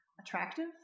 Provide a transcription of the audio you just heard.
attractive